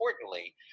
importantly